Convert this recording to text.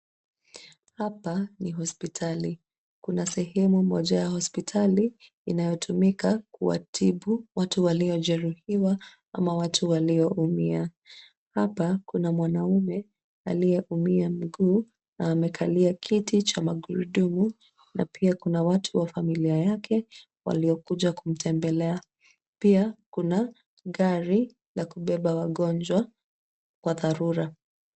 Hapa, ni hospitali. Kuna sehemu moja ya hospitali, inayotumika kuwatibu, watu waliojeruhiwa, ama watu walioumia. Hapa, kuna mwanaume, aliyeumia miguu, na amekalia kiti cha magrudumu, na pia kuna watu wa familia yake, waliokuja kumtembelea. Pia, kuna gari la kubeba wagonjwa, kwa dharura.